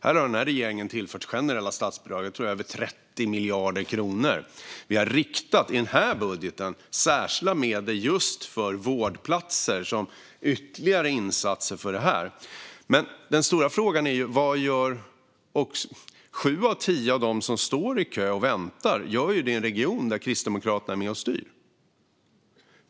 Denna regering har tillfört generella statsbidrag - jag tror att det är över 30 miljarder kronor. Vi har i denna budget riktat särskilda medel just för vårdplatser, som en ytterligare insats när det gäller detta. Men den stora frågan är: Vad gör ni? Sju av tio av dem som står i kö gör det i en region där Kristdemokraterna är med och styr.